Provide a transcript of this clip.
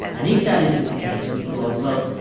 and if that is the case we thought, well,